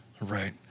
right